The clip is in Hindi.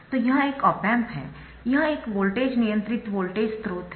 तो यह एक ऑप एम्प है यह एक वोल्टेज नियंत्रित वोल्टेज स्रोत है